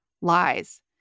lies